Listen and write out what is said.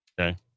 Okay